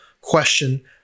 question